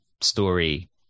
story